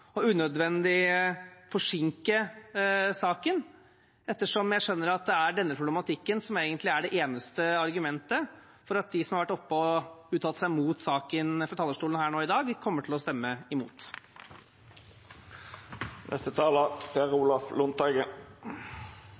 og unødig forsinke den, ettersom jeg skjønner at det er denne problematikken som egentlig er det eneste argumentet for at de som har vært oppe og uttalt seg mot saken fra talerstolen i dag, kommer til å stemme